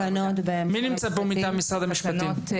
מי נמצא פה מטעם משרד המשפטים?